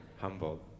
humbled